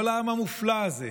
כל העם המופלא הזה,